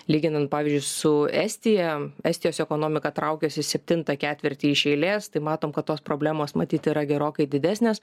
lyginant pavyzdžiui su estija estijos ekonomika traukiasi septintą ketvirtį iš eilės tai matom kad tos problemos matyt yra gerokai didesnės